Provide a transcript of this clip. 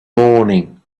morning